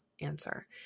answer